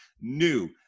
new